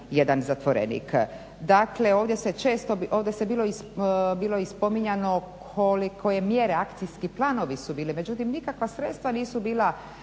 jedan zatvorenik. Dakle, ovdje je bilo i spominjano koliko je mjera, akcijski planovi su bili. Međutim, nikakva sredstva nisu bila